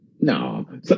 No